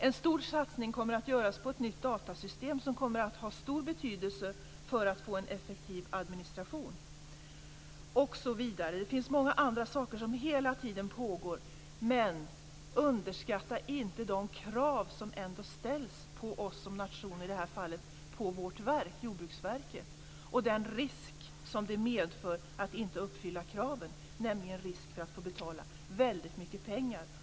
En stor satsning kommer att göras på ett nytt datasystem som kommer att ha stor betydelse för att få en effektiv administration osv. Det finns många andra saker som hela tiden pågår. Men underskatta inte de krav som ändå ställs på oss som nation i det här fallet och på vårt verk, Jordbruksverket. Underskatta inte heller den risk som det medför att inte uppfylla kraven, nämligen risken att få betala väldigt mycket pengar.